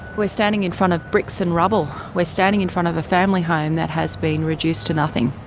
we're standing in front of bricks and rubble. we're standing in front of a family home that has been reduced to nothing.